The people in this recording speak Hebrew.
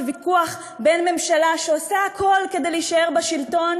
זה ויכוח בין ממשלה שעושה הכול כדי להישאר בשלטון